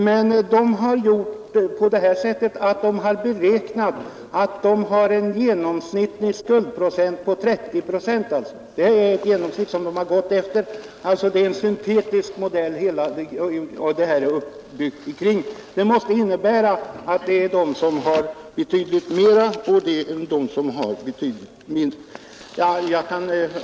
Men arbetsgruppen har räknat med en genomsnittlig skuld på 30 procent. Det är alltså en syntetisk modell som det här är uppbyggt omkring, och det finns naturligtvis både de som har betydligt mera och de som har betydligt mindre.